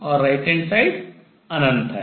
और right hand side अनंत है